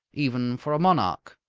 even for a monarch.